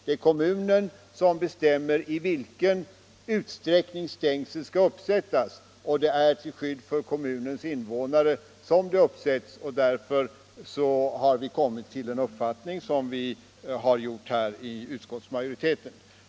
Det är kommunen som bestämmer i vilken utsträckning stängsel skall uppsättas, och det är till skydd för kommunens invånare som det uppsätts. Därför har utskottsmajoriteten kommit till den uppfattning som jag här redogjort för.